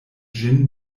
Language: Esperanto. ĝin